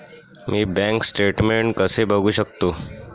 मी bank statement कसे बघू शकतो?